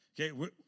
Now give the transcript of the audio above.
Okay